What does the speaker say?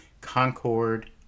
Concord